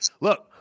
look